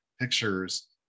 pictures